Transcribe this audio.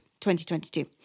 2022